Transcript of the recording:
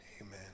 Amen